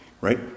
right